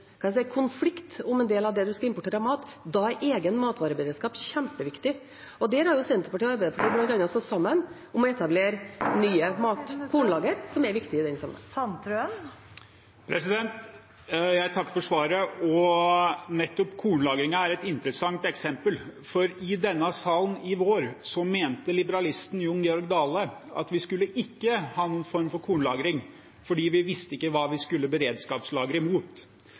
kan bli en konflikt om en del av det vi skal importere av mat. Da er egen matvareberedskap kjempeviktig. Der har Senterpartiet og Arbeiderpartiet stått sammen om å etablere nye kornlager, som er viktig i den sammenhengen. Jeg takker for svaret. Nettopp kornlagringen er et interessant eksempel, for i denne salen, i vår, mente liberalisten Jon Georg Dale at vi ikke skulle ha noen form for kornlagring fordi vi ikke visste hva vi skulle med beredskapslagre.